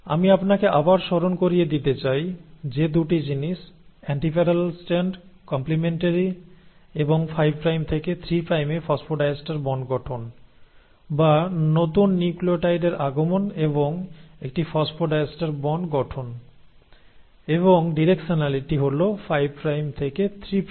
আমি আপনাকে আবার স্মরণ করিয়ে দিতে চাই যে 2 টি জিনিস অ্যান্টিপ্যারালাল স্ট্র্যান্ড কম্প্লেমেন্টারি এবং 5 প্রাইম থেকে 3 প্রাইমে ফসফোডাইএস্টার বন্ড গঠন বা নতুন নিউক্লিয়োটাইডের আগমন এবং একটি ফসফোডাইএস্টার বন্ড গঠন এবং ডিরেকশনালিটি হল 5 প্রাইম থেকে 3 প্রাইম